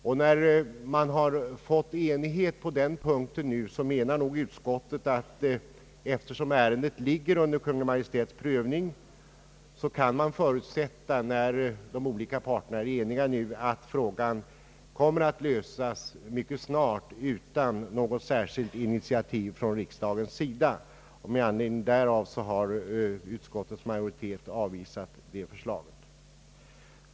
Eftersom numera enighet således råder på den punkten och eftersom ärendet ligger under Kungl. Maj:ts prövning har utskottet ansett att det kan förutsättas att frågan kommer att lösas mycket snart utan något särskilt initiativ från riksdagens sida. Med anledning därav har utskottets majoritet avvisat förslaget på denna punkt.